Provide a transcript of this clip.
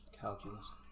Calculus